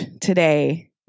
today